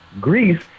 Greece